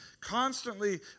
constantly